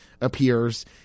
appears